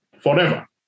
forever